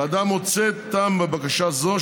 הוועדה מוצאת טעם בבקשה זו,